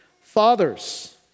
Fathers